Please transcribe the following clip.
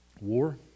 war